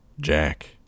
Jack